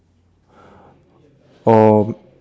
or